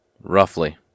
roughly